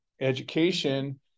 education